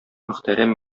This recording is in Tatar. мөхтәрәм